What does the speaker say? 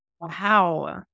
Wow